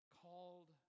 called